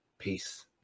peace